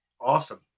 Awesome